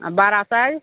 आओर बड़ा साइज